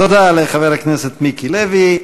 תודה לחבר הכנסת מיקי לוי.